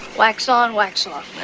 wax on, wax off,